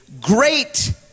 great